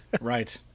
right